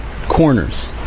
Corners